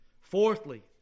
Fourthly